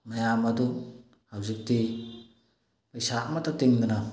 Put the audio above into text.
ꯃꯌꯥꯝ ꯑꯗꯨ ꯍꯧꯖꯤꯛꯇꯤ ꯄꯩꯁꯥ ꯑꯃꯠꯇ ꯇꯤꯡꯗꯅ